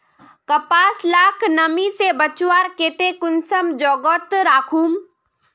कपास लाक नमी से बचवार केते कुंसम जोगोत राखुम?